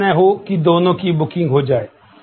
ऐसा न हो कि दोनों की बुकिंग हो जाए